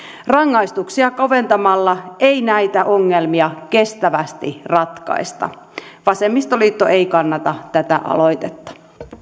rangaistuksia koventamalla ei näitä ongelmia kestävästi ratkaista vasemmistoliitto ei kannata tätä aloitetta